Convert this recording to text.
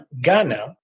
Ghana